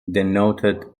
denoted